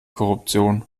korruption